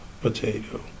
Potato